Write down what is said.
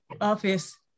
office